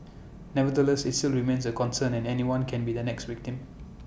nevertheless IT still remains A concern and anyone can be the next victim